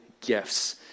gifts